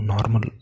Normal